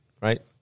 Right